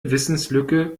wissenslücke